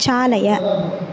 चालय